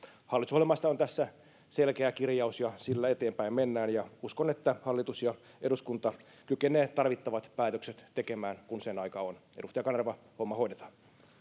hallitusohjelmassa on tästä selkeä kirjaus ja sillä eteenpäin mennään ja uskon että hallitus ja eduskunta kykenevät tarvittavat päätökset tekemään kun sen aika on edustaja kanerva homma hoidetaan